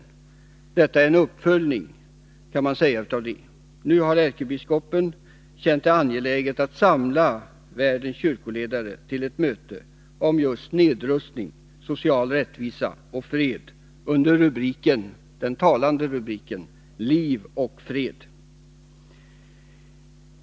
Mötet i april är en uppföljning av detta möte, kan man säga. Nu har ärkebiskopen känt det angeläget att samla världens kyrkoledare till ett möte om just nedrustning, social rättvisa och fred under den talande rubriken Liv och fred.